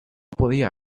podía